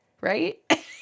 Right